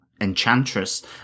Enchantress